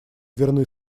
верны